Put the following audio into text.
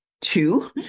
two